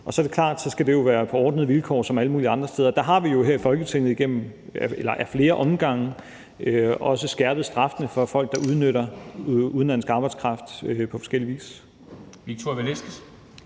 og så er det jo klart, at det skal være på ordnede vilkår ligesom alle mulige andre steder. Der har vi jo her i Folketinget ad flere omgange også skærpet straffene for folk, der udnytter udenlandsk arbejdskraft på forskellig vis.